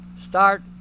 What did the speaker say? Start